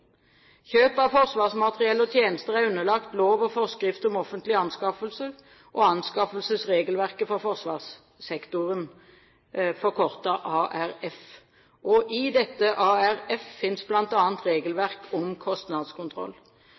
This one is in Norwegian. Kjøp av forsvarsmateriell og tjenester er underlagt lov og forskrift om offentlige anskaffelser og anskaffelsesregelverket for forsvarssektoren, forkortet ARF. I dette ARF finnes bl.a. regelverket om kostnadskontroll.